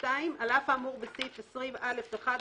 על אף האמור בסעיף 20ו(א)(1),